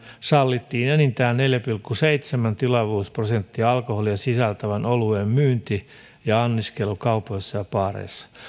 sallittiin enintään neljä pilkku seitsemän tilavuusprosenttia alkoholia sisältävän oluen myynti ja anniskelu kaupoissa ja baareissa